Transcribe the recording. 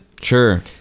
Sure